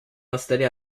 installée